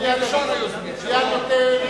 אדוני היושב-ראש,